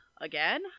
again